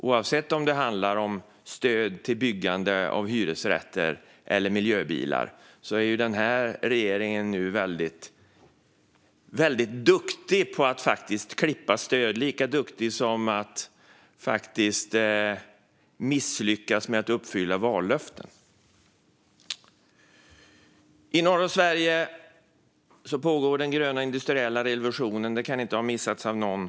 Och oavsett om det gäller stöd till byggande av hyresrätter eller stöd till miljöbilar är den här regeringen väldigt duktig på att klippa stöd - lika duktig som man är på att misslyckas med att uppfylla vallöften. I norra Sverige pågår den gröna industriella revolutionen. Det kan inte ha missats av någon.